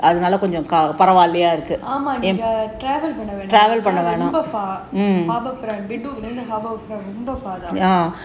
நீங்க:neenga travel பண்ண வேண்டாம்:panna vendaam harbour front bedok harbour front